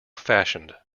fashioned